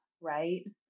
right